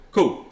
Cool